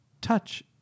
Touch